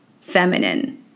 feminine